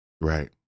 right